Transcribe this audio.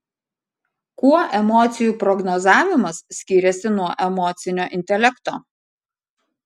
kuo emocijų prognozavimas skiriasi nuo emocinio intelekto